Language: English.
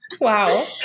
Wow